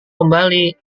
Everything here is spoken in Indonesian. kembali